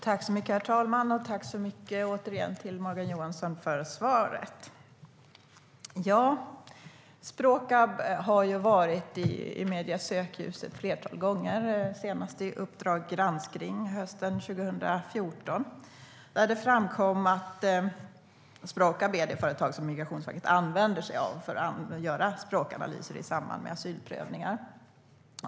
Herr talman! Jag vill återigen tacka Morgan Johansson för svaret. Sprakab har varit i mediernas sökljus ett flertal gånger, senast hösten 2014 i Uppdrag granskning . Där framkom det att Sprakab är det företag som Migrationsverket använder för att göra språkanalyser i samband med asylprövningar.